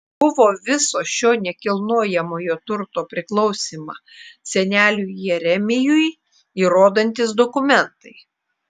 buvo viso šio nekilnojamojo turto priklausymą seneliui jeremijui įrodantys dokumentai